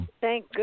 Thank